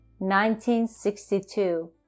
1962